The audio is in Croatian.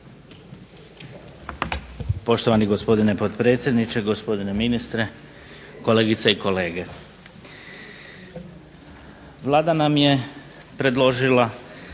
Poštovani gospodine potpredsjedniče, gospodine ministre, kolegice i kolege. Vlada nam je predložila